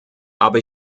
aber